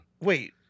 Wait